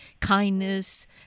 kindness